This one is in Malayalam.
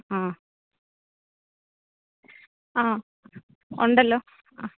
ആ ആ ഉണ്ടല്ലോ ആ